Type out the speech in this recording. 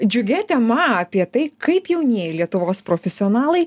džiugia tema apie tai kaip jaunieji lietuvos profesionalai